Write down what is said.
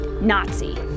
Nazi